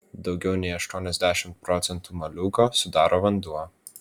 daugiau nei aštuoniasdešimt procentų moliūgo sudaro vanduo